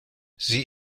sie